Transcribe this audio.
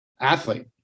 Athlete